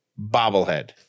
bobblehead